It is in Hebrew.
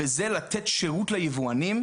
זה לתת שירות ליבואנים,